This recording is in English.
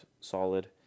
solid